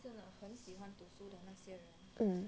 um